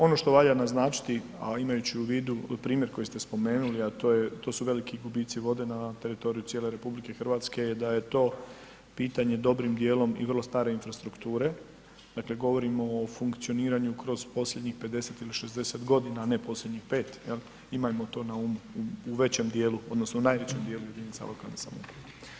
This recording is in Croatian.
Ono što valja naznačiti, a imajući u vidu primjer koji ste spomenuli, a to su veliki gubici vode na teritoriju cijele RH je da je to pitanje dobrim dijelom i vrlo stare infrastrukture, dakle, govorimo o funkcioniranju kroz posljednjih 50 ili 60.g., a ne posljednjih 5., jel, imajmo to na umu u većem dijelu odnosno najvećem dijelu jedinica lokalne samouprave.